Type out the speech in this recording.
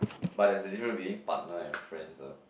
but there's a difference between partner and friends ah